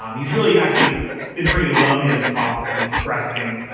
um he's really actually been pretty alone in his caucus in expressing,